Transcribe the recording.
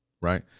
right